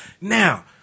Now